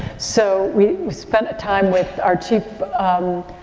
so, we spent a time with our chief, um,